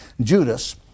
Judas